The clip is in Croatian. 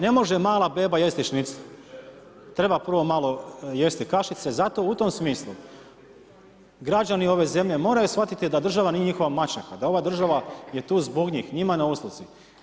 Ne može mala beba jesti šnicl, treba prvo malo jesti kašice zato u tom smislu, građani ove zemlje moraju shvatiti da država nije ničija maćeha, da ova država je tu zbog njih, njima na usluzi.